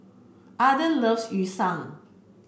Arden loves Yu Son